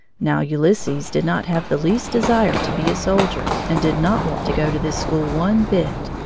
now ulysses did not have the least desire to be a soldier and did not want to go to this school one bit,